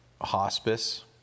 hospice